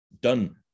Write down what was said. done